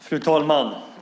Fru talman!